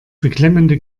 beklemmende